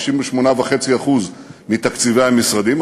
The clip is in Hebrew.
98.5% מתקציבי המשרדים,